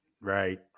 Right